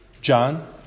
John